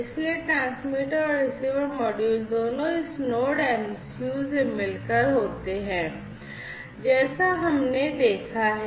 इसलिए ट्रांसमीटर और receiver module दोनों इस Node MCU से मिलकर होते हैं जैसा हमने देखा है